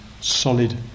solid